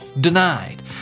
Denied